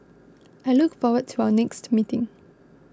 I look forward to our next meeting